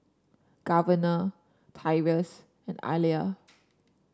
Governor Tyrus and Alia